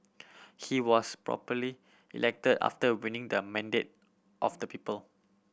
he was popularly elected after winning the mandate of the people